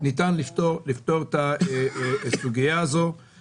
אפשר לפתור את הסוגיה הזו בתוכנית רב שנתית.